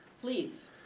Please